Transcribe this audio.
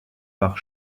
par